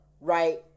right